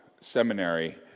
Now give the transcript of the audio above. seminary